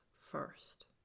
first